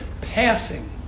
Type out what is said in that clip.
passing